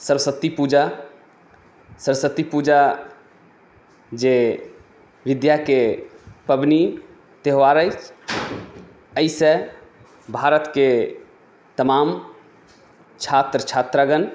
सरस्वती पूजा सरस्वती पूजा जे विद्याके पबनि त्यौहार अछि एहिसँ भारतके तमाम छात्र छात्रागण